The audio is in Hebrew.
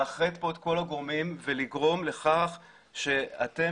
לאחד פה את כל הגורמים ולדאוג לכך שאתם